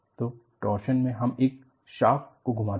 तो टॉर्शन में हम एक शाफ्ट को घुमाते हैं